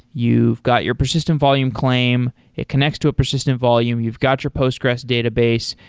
you've got your persistent volume claim. it connects to a persistent volume. you've got your postgres database.